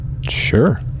Sure